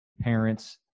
parents